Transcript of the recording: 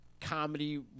comedy